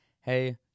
hey